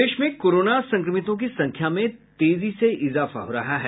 प्रदेश में कोरोना संक्रमितों की संख्या में तेजी से इजाफा हो रहा है